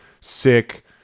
sick